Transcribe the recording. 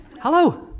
hello